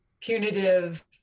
Punitive